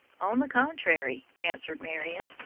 on the contrary, answered marion,